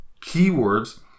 keywords